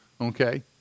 okay